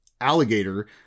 alligator